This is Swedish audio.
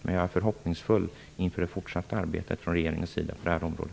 Men jag är förhoppningsfull inför det fortsatta arbetet från regeringens sida på detta område.